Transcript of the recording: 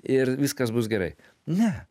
ir viskas bus gerai ne